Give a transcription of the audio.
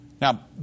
Now